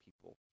people